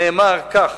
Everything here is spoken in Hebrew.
נאמר כך,